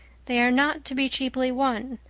they are not to be cheaply won,